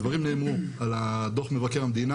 הדברים נאמרו על דו"ח מבקר המדינה,